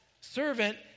servant